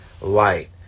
light